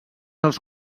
els